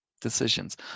decisions